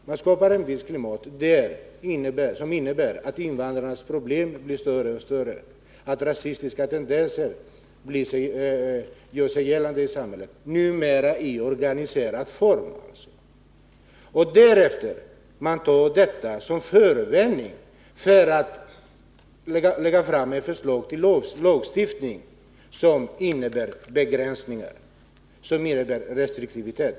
Man skapar en viss situation som innebär att invandrarnas problem blir större, att rasistiska tendenser gör sig gällande i samhället — numera i organiserad form — och därefter tar man detta som förevändning för att lägga fram ett förslag till lagstiftning som innebär begränsningar och restriktivitet.